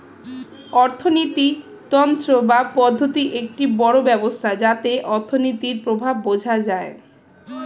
অর্থিনীতি তন্ত্র বা পদ্ধতি একটি বড় ব্যবস্থা যাতে অর্থনীতির প্রভাব বোঝা যায়